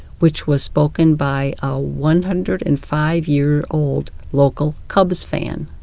which was spoken by a one hundred and five year old local cubs fan.